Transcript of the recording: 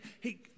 hey